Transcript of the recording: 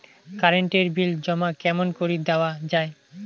Current এর bill জমা কেমন করি দেওয়া যায়?